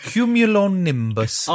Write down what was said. Cumulonimbus